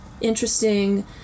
interesting